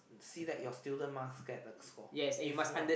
see your student must get the score if not